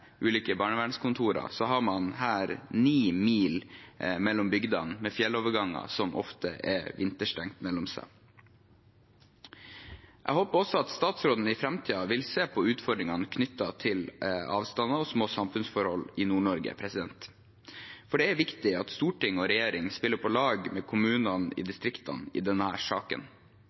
ulike barnevernskontorer, har man her 9 mil mellom bygdene med fjellovergang som ofte er vinterstengt, mellom seg. Jeg håper også at statsråden i framtiden vil se på utfordringene knyttet til avstander og små samfunnsforhold i Nord-Norge, for det er viktig at storting og regjering spiller på lag med kommunene i distriktene i denne saken.